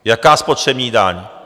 Jaká spotřební daň?